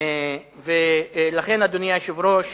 ולכן, אדוני היושב-ראש,